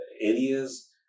areas